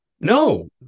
No